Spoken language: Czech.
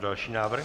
Další návrh.